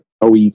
OE